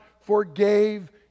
forgave